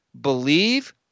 Believe